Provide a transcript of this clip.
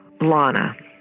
Lana